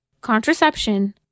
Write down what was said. contraception